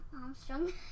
Armstrong